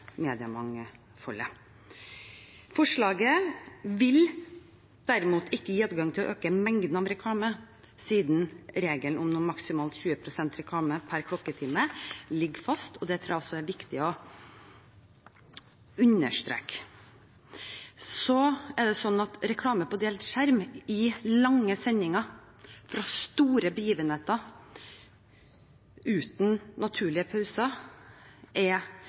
mediemangfoldet. Forslaget vil derimot ikke gi adgang til å øke mengden av reklame, siden regelen om maksimalt 20 pst. reklame per klokketime ligger fast. Det tror jeg også det er viktig å understreke. Reklame på delt skjerm i lange sendinger fra store begivenheter uten naturlige pauser er